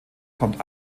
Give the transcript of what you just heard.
kommt